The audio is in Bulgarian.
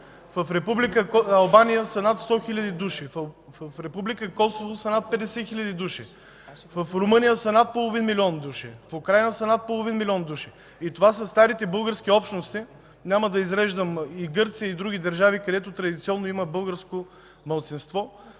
Албания са над 100 хил. души. В Република Косово са над 50 хил. души. В Румъния са над половин милион души. В Украйна са над половин милион души. Това са старите български общности. Няма да изреждам Гърция и други държави, където традиционно има българско малцинство.